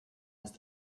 ist